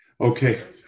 Okay